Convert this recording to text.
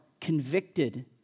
convicted